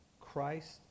Christ